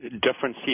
different